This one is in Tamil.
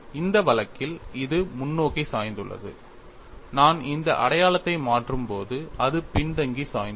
இந்த வழக்கில் அது முன்னோக்கி சாய்ந்துள்ளது நான் இந்த அடையாளத்தை மாற்றும்போது அது பின்தங்கி சாய்ந்திருக்கும்